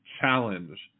challenge